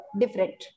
different